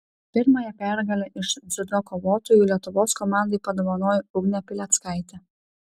pirmąją pergalę iš dziudo kovotojų lietuvos komandai padovanojo ugnė pileckaitė